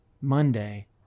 Monday